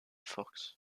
fox